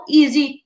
easy